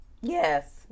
yes